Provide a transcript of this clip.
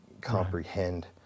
comprehend